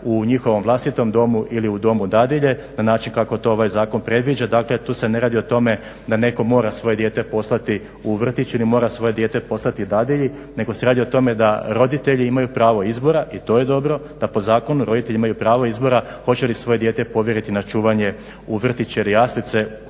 u njihovom vlastitom domu ili u domu dadilje na način kako to ovaj zakon predviđa. Dakle tu se ne radi o tome da netko mora svoje dijete poslati u vrtić ili mora svoje dijete poslati dadilji nego se radi o tome da roditelji imaju pravo izbora i to je dobro, da po zakonu roditelji imaju pravo izbora hoće li svoje dijete povjeriti na čuvanje u vrtiće ili jaslice